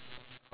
ya